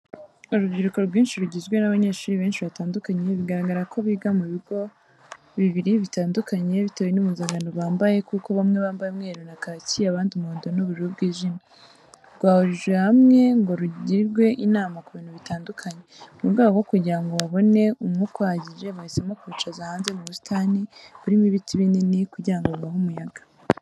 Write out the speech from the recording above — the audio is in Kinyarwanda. Urubyiruko rwinshi rugizwe n'abanyeshuri benshi batandukanye bigaragara ko biga ku bigo bibiri bitandukanye bitewe n'impuzankano bambaye kuko bamwe bambaye umweru na kaki abandi umuhondo n'ubururu bwijimye, rwahurijwe hamwe ngo rugirwe inama ku bintu bitandukanye. Mu rwego rwo kugira ngo babone umwuka uhagije, bahisemo kubicaza hanze mu busitani burimo ibiti binini kugira ngo bibahe umuyaga.